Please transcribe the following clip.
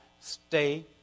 Stay